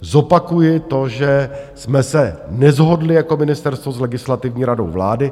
Zopakuji to, že jsme se neshodli jako ministerstvo s Legislativní radou vlády.